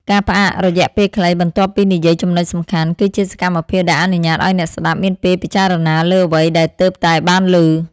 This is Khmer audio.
ការផ្អាករយៈពេលខ្លី បន្ទាប់ពីនិយាយចំណុចសំខាន់ គឺជាសកម្មភាពដែលអនុញ្ញាតឱ្យអ្នកស្ដាប់មានពេលពិចារណាលើអ្វីដែលទើបតែបានឮ។